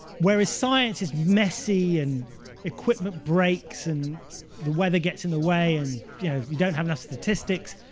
whereas science is messy, and equipment breaks, and the weather gets in the way, and you know you don't have enough statistics.